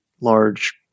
large